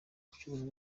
ubucuruzi